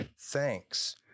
thanks